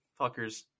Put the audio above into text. Fuckers